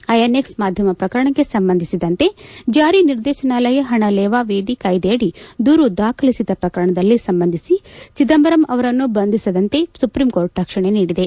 ಐಎನ್ಕ್ಲ್ ಮಾಧ್ಯಮ ಪ್ರಕರಣಕ್ಕೆ ಸಂಬಂಧಿಸಿದಂತೆ ಜಾರಿ ನಿರ್ದೇಶನಾಲಯ ಹಣ ಲೇವಾವೇದಿ ಕಾಯ್ದೆಯಡಿ ದೂರು ದಾಖಲಿಸಿದ ಪ್ರಕರಣದಲ್ಲಿ ಸಂಬಂಧಿಸಿ ಚಿದಂಬರಂ ಅವರನ್ನು ಬಂಧಿಸದಂತೆ ಸುಪ್ರೀಂಕೋರ್ಟ್ ರಕ್ಷಣೆ ನೀಡಿದೆ